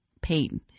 pain